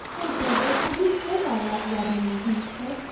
oh, gilbert, i do hope i'll like redmond and kingsport,